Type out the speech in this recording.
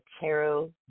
Tarot